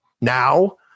now